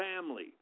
family